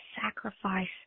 sacrifice